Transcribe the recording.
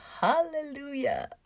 hallelujah